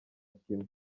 kimwe